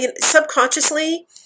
subconsciously